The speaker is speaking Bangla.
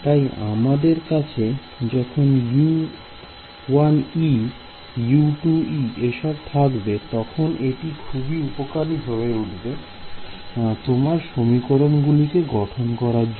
তাই আমাদের কাছে যখন এসব থাকবে তখন এটি খুবই উপকারী হয়ে উঠবে তোমার সমীকরণ গুলিকে গঠন করার জন্য